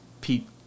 Pete